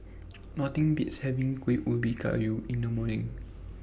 Nothing Beats having Kuih Ubi Kayu in The Summer